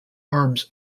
arms